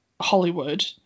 Hollywood